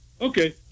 Okay